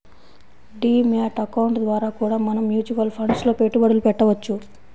D mat account ద్వారా కూడా మనం మ్యూచువల్ ఫండ్స్ లో పెట్టుబడులు పెట్టవచ్చు